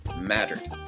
mattered